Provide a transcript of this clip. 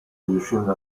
riuscendo